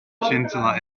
chinchilla